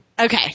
Okay